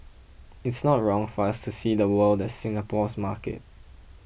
it's not wrong for us to see the world as Singapore's market